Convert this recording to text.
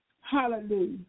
Hallelujah